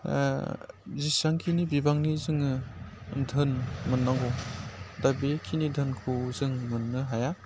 जेसेबांखिनि बिबांनि जोङो धोन मोननांगौ दा बेखिनि धोनखौ जों मोननो हाया